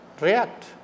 react